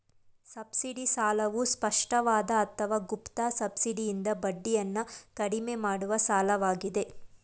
subsidy ಸಾಲವು ಸ್ಪಷ್ಟವಾದ ಅಥವಾ ಗುಪ್ತ ಸಬ್ಸಿಡಿಯಿಂದ ಬಡ್ಡಿಯನ್ನ ಕಡಿಮೆ ಮಾಡುವ ಸಾಲವಾಗಿದೆ